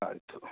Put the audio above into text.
ಆಯಿತು